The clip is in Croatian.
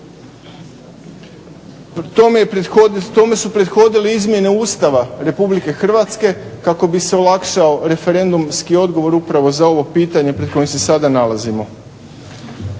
Tome su prethodile izmjene Ustava Republike Hrvatske kako bi se olakšao referendumski odgovor upravo za ovo pitanje pred kojim se sada nalazimo.